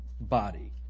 body